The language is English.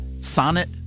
Sonnet